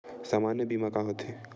सामान्य बीमा का होथे?